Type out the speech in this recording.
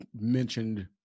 mentioned